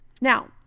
Now